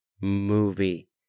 movie